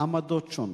עמדות שונות,